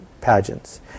pageants